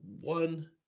One